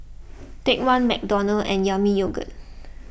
Take one McDonald's and Yami Yogurt